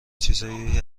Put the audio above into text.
چیزهایی